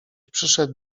przyszedł